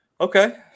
Okay